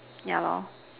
yeah lor